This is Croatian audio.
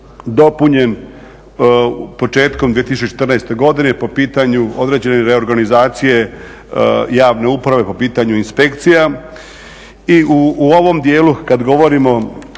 dopunjen početkom 2014. godine po pitanju određene reorganizacije javne uprave, po pitanju inspekcija i u ovom dijelu kad govorimo